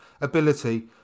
ability